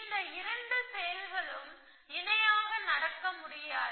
இந்த 2 செயல்களும் இணையாக நடக்க முடியாது